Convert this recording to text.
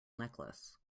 necklace